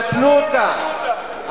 נתנו אותה,